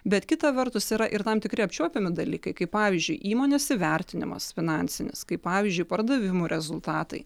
bet kita vertus yra ir tam tikri apčiuopiami dalykai kaip pavyzdžiui įmonės įvertinimas finansinis kai pavyzdžiui pardavimų rezultatai